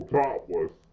topless